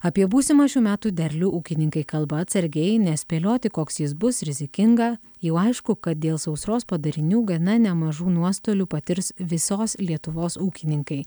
apie būsimą šių metų derlių ūkininkai kalba atsargiai nes spėlioti koks jis bus rizikinga jau aišku kad dėl sausros padarinių gana nemažų nuostolių patirs visos lietuvos ūkininkai